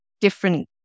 different